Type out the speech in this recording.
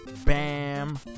Bam